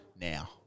now